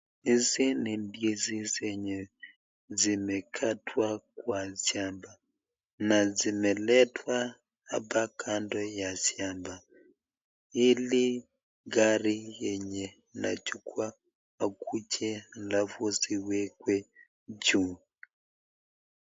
Hizi ni ndizi yenye zimekatwa kwa shamba na zimeletwa hapa kando ya shamba, ili gari yenye inachukua ikuje halafu ziwekwe juu.